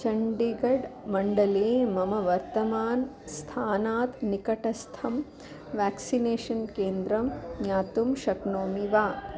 चण्डीगढ् मण्डले मम वर्तमान स्थानात् निकटस्थं व्याक्सिनेषन् केन्द्रं ज्ञातुं शक्नोमि वा